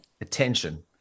attention